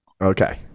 Okay